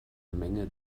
menge